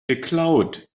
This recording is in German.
geklaut